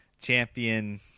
champion